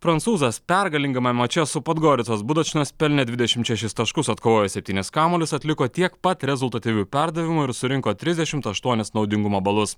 prancūzas pergalingame mače su podgoricos budačnos pelnė dvidešimt šešis taškus atkovojo septynis kamuolius atliko tiek pat rezultatyvių perdavimų ir surinko trisdešimt aštuonis naudingumo balus